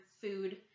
food